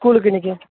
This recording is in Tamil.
ஸ்கூலுக்கு இன்னிக்கு